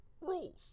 Rules